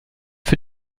für